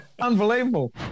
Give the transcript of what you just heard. Unbelievable